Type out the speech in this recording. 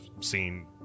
seen